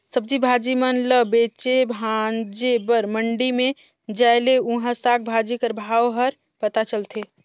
सब्जी भाजी मन ल बेचे भांजे बर मंडी में जाए ले उहां साग भाजी कर भाव हर पता चलथे